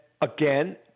again